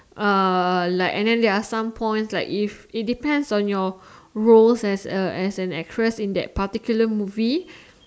uh like and then there're some points like if it depends on your role as an actress in that particular movie